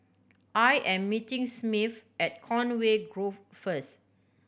I am meeting Smith at Conway Grove first